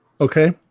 Okay